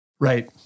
Right